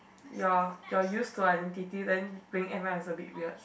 you're you're used to identity then bringing M I was a bit weird